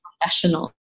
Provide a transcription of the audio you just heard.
professional